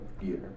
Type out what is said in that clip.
year